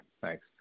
thanks